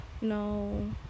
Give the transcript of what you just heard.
no